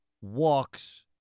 walks